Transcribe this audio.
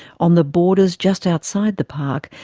on the borders just outside the park,